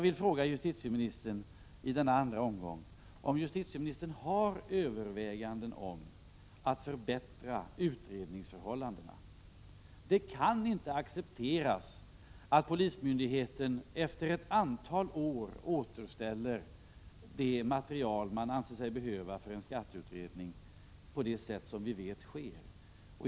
I denna andra omgång vill jag fråga justitieministern om han har övervägt att förbättra utredningsförhållandena. Det kan inte accepteras att polismyndigheten efter ett antal år återställer det material som man ansett sig behöva för en skatteutredning på det sätt som vi vet sker.